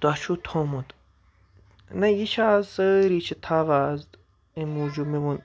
تۄہہِ چھُ تھوٚومُت نہ یہِ چھِ اَز سٲری چھِ تھاوان اَز امہِ موٗجوٗب مےٚ ووٚن